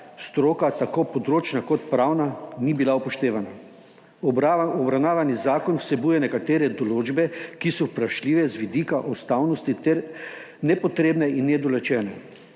stroka, tako področna kot pravna, ni bila upoštevana. Obravnavani zakon vsebuje nekatere določbe, ki so vprašljive z vidika ustavnosti ter nepotrebne in nedorečene.